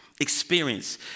experience